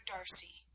Darcy